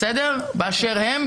באשר הם,